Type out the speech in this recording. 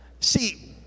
See